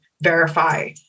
verify